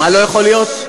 לא יכול להיות,